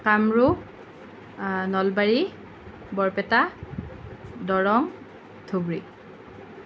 Kamrup Nalbari Barpeta Darrang Dhubri